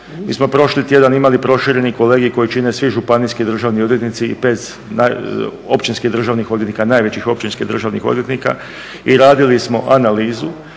Mi smo prošli tjedan imali prošireni kolegij koji čine svi županijski državni odvjetnici i 5 općinskih državnih odvjetnika, najvećih općinskih